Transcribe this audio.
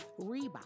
Reebok